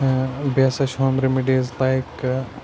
بیٚیہِ ہَسا چھِ ہوم رِمِڈیٖز لایک